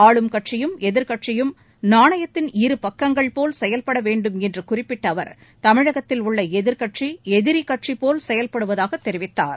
ஆளும் கட்சியும் எதிர்க்கட்சியும் நாணயத்தின் இரு பக்கங்கள் போல் செயல்பட வேண்டுமென்று குறிப்பிட்ட அவர் தமிழகத்தில் உள்ள எதிர் கட்சி எதிரி கட்சிபோல் செயல்படுவதாக தெரிவித்தார்